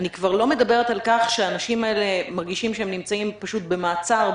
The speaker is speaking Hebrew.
אני כבר לא מדברת על כך שאנשים האלה מרגישים שהם נמצאים פשוט במעצר,